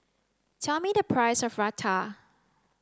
tell me the price of Raita